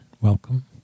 Welcome